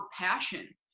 passion